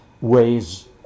ways